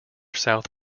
south